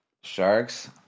Sharks